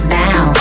now